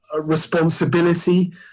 responsibility